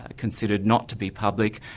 ah considered not to be public,